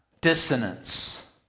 dissonance